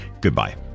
Goodbye